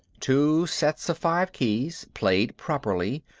two sets of five keys, played properly,